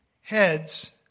heads